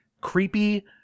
creepy